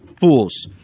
fools